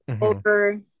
over